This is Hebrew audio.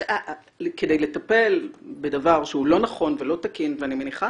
כדי לטפל בדבר שהוא לא נכון ולא תקין, ואני מניחה